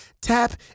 tap